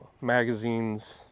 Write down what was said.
magazines